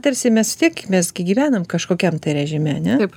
tarsi mes tiek mes gi gyvenam kažkokiam tai režime ane